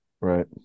Right